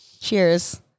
Cheers